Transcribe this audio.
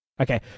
Okay